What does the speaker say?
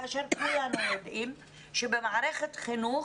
כאשר כולנו יודעים שבמערכת חינוך